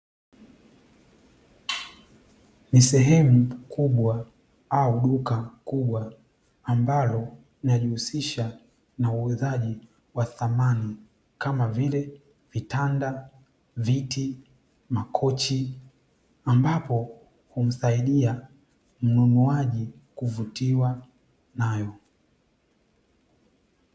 Ni sehemu kubwa au duka kubwa ambalo linajihusisha na uuzaji wa samani kama vile vitanda, viti, makochi. Ambapo humsaidia mnunuaji kuvutiwa nayo.